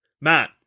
Matt